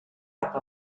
cap